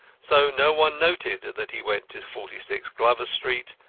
so no one noted that he went to forty six glover street,